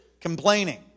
complaining